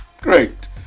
Great